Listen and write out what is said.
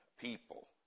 people